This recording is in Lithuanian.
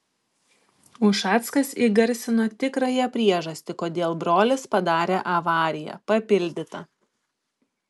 ušackas įgarsino tikrąją priežastį kodėl brolis padarė avariją papildyta